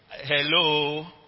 Hello